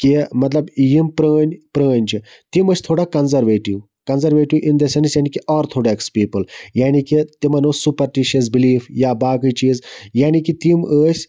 کہِ مَطلَب یِم پرٲنٛۍ پرٲنٛۍ چھِ تِم ٲسۍ تھوڑا conservative conservative in the sense یعنے کہِ آرتھوڈاکس پیٖپل یعنے کہِ تِمَن اوس سُپَرٹِشَس بِلیٖف یا باقٕے چیٖز یعنے کہِ تِم ٲسۍ